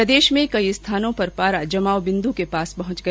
प्रदेश के कई स्थानों पर पारा जमाव बिन्दु के पास पहुंच गया